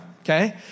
Okay